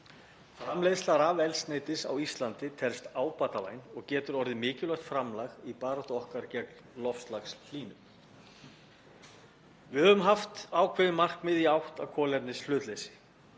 Framleiðsla rafeldsneytis á Íslandi telst ábatavæn og getur orðið mikilvægt framlag í baráttu okkar gegn loftslagshlýnun. Við höfum haft ákveðin markmið í átt að kolefnishlutleysi,